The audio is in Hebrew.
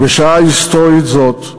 ובשעה היסטורית זאת,